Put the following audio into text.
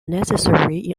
necessary